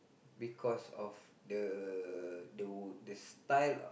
because of the the the style of